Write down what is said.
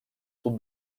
خوب